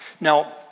Now